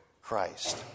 Christ